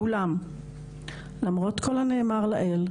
אולם למרות כל הנאמר לעיל,